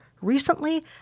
Recently